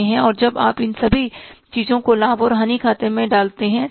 और जब आप इन सभी चीजों को लाभ और हानि खाते में डालते हैं सही